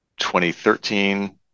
2013